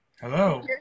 Hello